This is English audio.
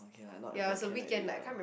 can lah not at work can already lah